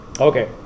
Okay